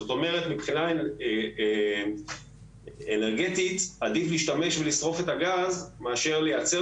זאת אומרת מבחינה אנרגטית עדיף להשתמש ולשרוף את הגז מאשר לייצר